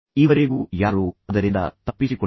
ಈವರೆಗೂ ಯಾರೂ ಅದರಿಂದ ತಪ್ಪಿಸಿಕೊಂಡಿಲ್ಲ